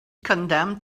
condemned